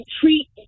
treat